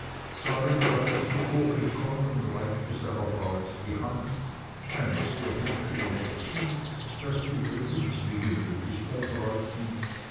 war ihm bereits zuvorgekommen und reichte seiner braut die hand einem sehr hübschen mädchen das übrigens wie gewöhnlich bei bräuten